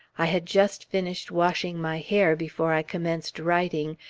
i had just finished washing my hair, before i commenced writing,